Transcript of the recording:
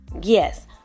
yes